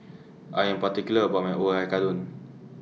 I Am particular about My Oyakodon